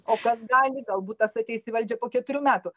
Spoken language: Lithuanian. o kas gali galbūt tas ateis į valdžią po keturių metų